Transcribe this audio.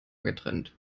getrennt